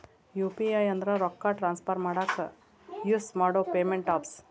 UPI ಅಂದ್ರ ರೊಕ್ಕಾ transfer ಮಾಡಾಕ ಯುಸ್ ಮಾಡೋ ಪೇಮೆಂಟ್ ಆಪ್ಸ್